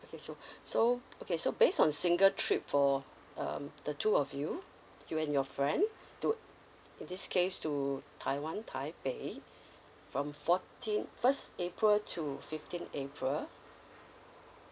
okay so so okay so based on single trip for um the two of you you and your friend to in this case to taiwan taipei from fourteen first april to fifteen april